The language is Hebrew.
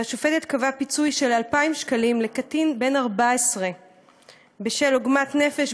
והשופטת קבעה פיצוי של 2,000 שקלים לקטין בן 14 בשל עוגמת נפש,